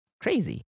Crazy